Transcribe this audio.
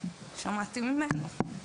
שמעתי ממנו.